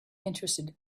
interested